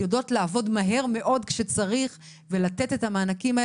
לעבוד מהר מאוד כשצריך ולתת את המענקים.